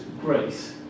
grace